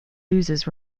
losers